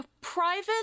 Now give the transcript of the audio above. private